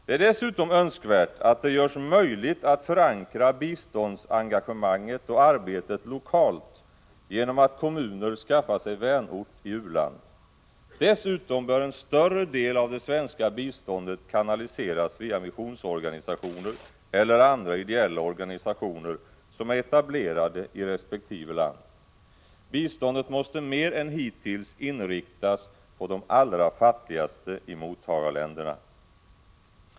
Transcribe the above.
Det är dessutom önskvärt att det görs möjligt att förankra biståndsengagemanget och arbetet lokalt genom att kommuner skaffar sig vänort i u-land. Dessutom bör en större del av det svenska biståndet kanaliseras via missionsorganisationer eller andra ideella organisationer som är etablerade i resp. land. Biståndet måste mer än hittills inriktas på de allra fattigaste i mottagarländerna.